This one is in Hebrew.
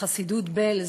בחסידות בעלז.